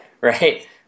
right